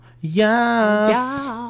Yes